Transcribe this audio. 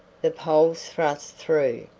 the poles thrust through,